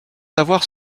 savoir